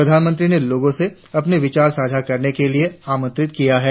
प्रधानमंत्री ने लोगों से अपने विचार साझा करने के लिए आमंत्रित किया है